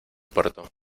puerto